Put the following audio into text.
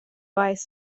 vice